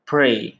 Pray